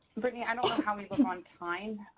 brittany, i don't know how we look on time.